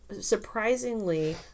Surprisingly